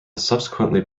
subsequently